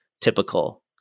typical